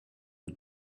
the